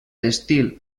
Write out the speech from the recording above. tèxtil